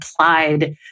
applied